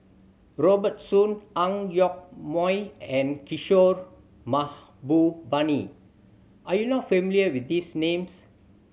Robert Soon Ang Yoke Mooi and Kishore Mahbubani are you not familiar with these names